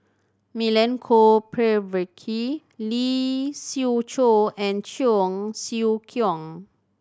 Milenko Prvacki Lee Siew Choh and Cheong Siew Keong